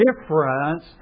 difference